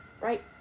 Right